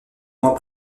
moins